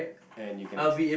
and you can excel